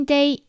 Day